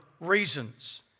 reasons